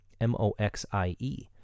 M-O-X-I-E